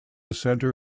center